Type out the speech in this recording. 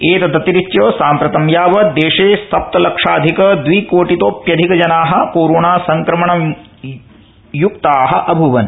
एतदतिरिच्य सांप्रतं यावत् देशे सप्तलक्षाधिकद्विकोटितोप्यधिक जनाः कोरोनासंक्रमणमुक्ता अभूवन्